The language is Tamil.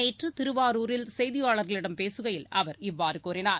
நேற்றுதிருவாரூரில் செய்தியாளர்களிடம் பேசுகையில் அவர் இவ்வாறுகூறினார்